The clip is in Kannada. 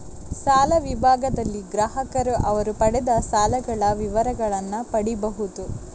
ಸಾಲ ವಿಭಾಗದಲ್ಲಿ ಗ್ರಾಹಕರು ಅವರು ಪಡೆದ ಸಾಲಗಳ ವಿವರಗಳನ್ನ ಪಡೀಬಹುದು